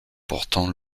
portant